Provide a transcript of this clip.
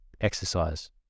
exercise